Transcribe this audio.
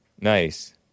Nice